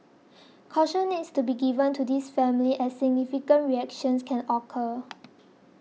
caution needs to be given to these families as significant reactions can occur